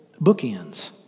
bookends